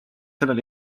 sellele